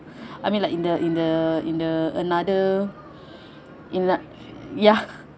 I mean like in the in the in the another in an~ ya